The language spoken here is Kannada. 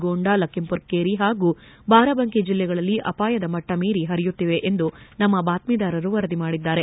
ಗೋಂಡಾ ಲಕ್ಕಿಂಪುರ್ ಕೇರಿ ಹಾಗೂ ಬಾರಾಬಂಕಿ ಜಿಲ್ಲೆಗಳಲ್ಲಿ ಅಪಾಯಮಟ್ಟ ಮೀರಿ ಹರಿಯುತ್ತಿವೆ ಎಂದು ನಮ್ನ ಬಾತ್ಗೀದಾರರು ವರದಿ ಮಾಡಿದ್ದಾರೆ